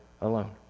alone